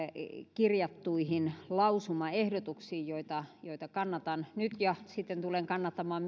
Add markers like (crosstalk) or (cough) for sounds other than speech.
kirjattuihin lausumaehdotuksiin joita joita kannatan nyt ja tulen sitten kannattamaan (unintelligible)